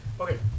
Okay